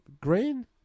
green